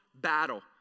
battle